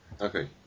Okay